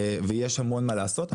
יש הרבה מה לעשות.